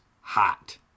hot